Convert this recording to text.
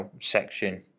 section